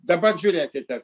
dabar žiūrėkite